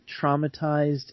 traumatized